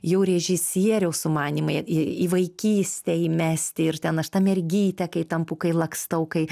jau režisieriaus sumanymai į į vaikystę įmesti ir ten aš ta mergyte kai tampu kai lakstau kai